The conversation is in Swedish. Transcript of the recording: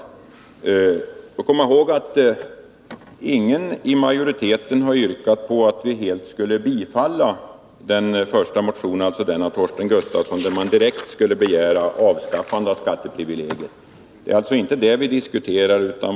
Vi skall komma ihåg att ingen i utskottsmajoriteten har yrkat att motionen av Torsten Gustafsson m.fl. helt skall bifallas. I den yrkas på förslag till avskaffande av förmånsrätten för stats och kommuns fordringar å skatt och allmänna avgifter.